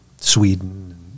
Sweden